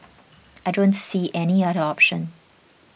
I don't see any other option